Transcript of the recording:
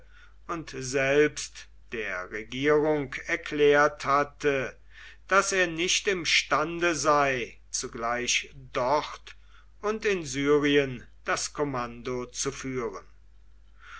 und selbst der regierung erklärt hatte daß er nicht imstande sei zugleich dort und in syrien das kommando zu führen